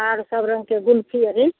आर सब रङ्गके गुमथी अरि